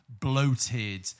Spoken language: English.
bloated